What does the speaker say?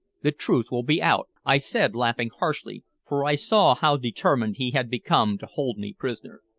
the truth will be out, i said laughing harshly, for i saw how determined he had become to hold me prisoner.